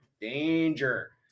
Danger